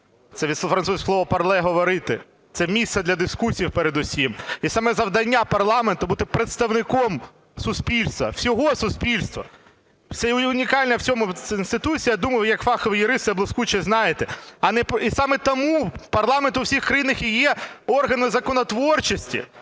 Це від французького слова "parle" – говорити. Це місце для дискусій передусім. І саме завдання парламенту – бути представником суспільства, всього суспільства. Це є унікальна в цьому інституція, думаю, як фаховий юрист ви блискуче знаєте. І саме тому парламенти в усіх країнах і є органами законотворчості.